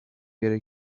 gerek